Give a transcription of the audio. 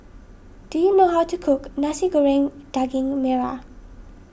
do you know how to cook Nasi Goreng Daging Merah